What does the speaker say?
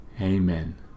Amen